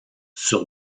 sur